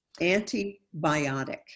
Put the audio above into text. Antibiotic